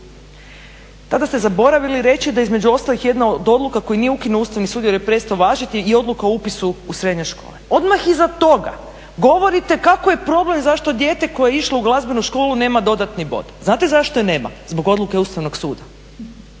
Tada ste zaboravili reći da između ostalih jedna od odluka koju nije ukinuo Ustavni sud jer je prestao važiti je i odluka o upitu u srednje škole. Odmah iza toga govorite kako je problem zašto dijete koje je išlo u Glazbenu školu nema dodatni bod. Znate zašto je nema? Zbog odluke Ustavnog suda,